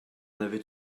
avait